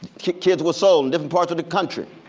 kids were sold in different parts of the country.